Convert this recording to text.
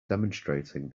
demonstrating